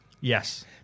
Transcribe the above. Yes